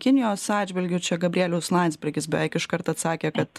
kinijos atžvilgiu čia gabrielius landsbergis beveik iškart atsakė kad